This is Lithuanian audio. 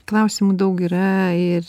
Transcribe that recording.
klausimų daug yra ir